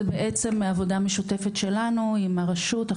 זה בעצם עבודה משותפת שלנו עם הרשות.